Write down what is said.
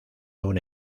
una